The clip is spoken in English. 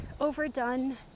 overdone